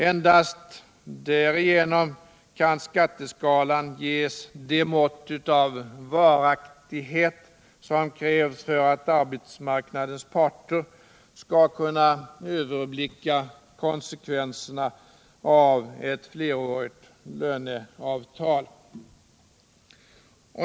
Endast därigenom kan skatteskalan ges det mått av varaktighet som krävs för att arbetsmarknadens parter skall kunna överblicka konsekvenserna av ett flerårigt löneavtal.